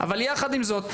אבל יחד עם זאת,